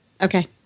Okay